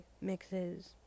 mixes